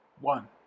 One